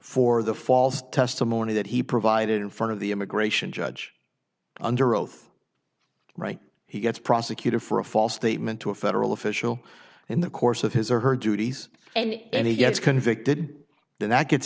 for the false testimony that he provided in front of the immigration judge under oath right he gets prosecuted for a false statement to a federal official in the course of his or her duties and he gets convicted then that gets